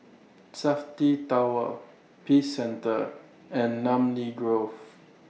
Safti Tower Peace Centre and Namly Grove